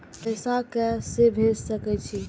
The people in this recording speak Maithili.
पैसा के से भेज सके छी?